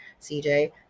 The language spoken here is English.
CJ